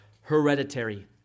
hereditary